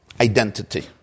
identity